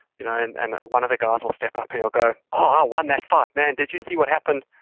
you know and and one of the guys will step up and he'll go, oh, i won that fight, man. did you see what happened?